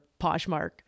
Poshmark